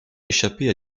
échappait